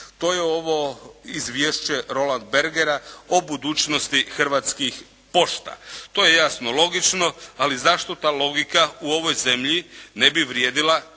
To je ovo izvješće Roland Bergera o budućnosti Hrvatskih pošta. To je jasno logično, ali zašto ta logika u ovoj zemlji ne bi vrijedila recimo